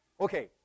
Okay